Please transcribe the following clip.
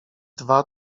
dwa